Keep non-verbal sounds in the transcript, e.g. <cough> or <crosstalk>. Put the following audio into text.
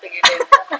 <laughs>